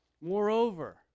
Moreover